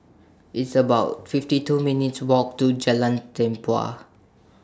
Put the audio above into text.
It's about fifty two minutes' Walk to Jalan Tempua